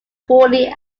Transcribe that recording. poorly